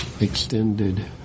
extended